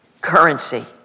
currency